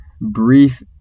brief